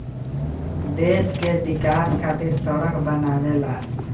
देश के विकाश खातिर सड़क बनावेला